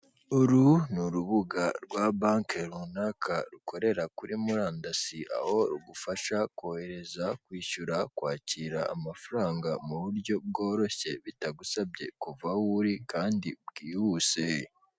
Uru ni urubuga rwa banki runaka rukorera kuri murandasi, aho rugufasha kohereza, kwishyura, kwakira amafaranga mu buryo bworoshye bitagusabye kuva aho uri kandi bwihuse.